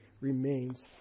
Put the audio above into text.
remains